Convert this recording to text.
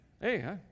Hey